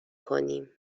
کنیم